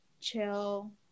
chill